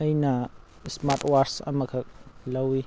ꯑꯩꯅ smart watch ꯑꯃ ꯈꯛ ꯂꯧꯋꯤ